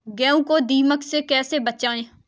गेहूँ को दीमक से कैसे बचाएँ?